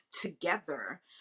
together